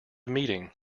meeting